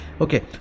okay